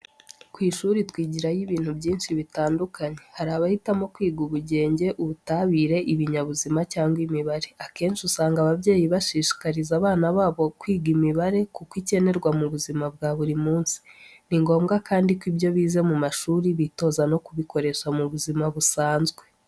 Ku ishuri twigirayo ibintu byinshi bitandukanye. Hari abahitamo kwiga ubugenge, ubutabire, ibinyabuzima cyangwa imibare. Akenshi usanga ababyeyi bashishikariza abana babo kwiga imibare, kuko ikenerwa mu buzima bwa buri munsi. Ni ngombwa kandi ko ibyo bize mu mashuri bitoza no kubikoresha mu buzima busanzwe.